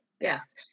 Yes